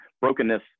brokenness